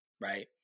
right